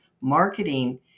Marketing